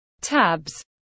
tabs